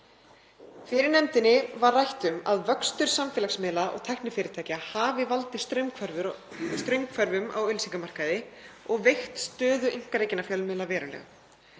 Fyrir nefndinni var rætt um að vöxtur samfélagsmiðla og tæknifyrirtækja hafi valdið straumhvörfum á auglýsingamarkaði og veikt stöðu einkarekinna fjölmiðla verulega.